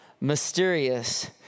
mysterious